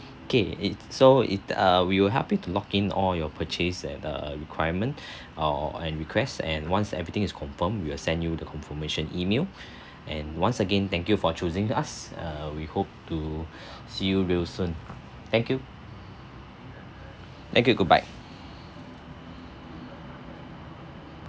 K it so it uh we will help you to lock in all your purchase at err requirement or and requests and once everything is confirm we will send you the confirmation email and once again thank you for choosing the us uh we hope to see you real soon thank you thank you goodbye